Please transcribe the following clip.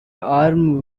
armed